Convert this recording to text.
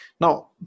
Now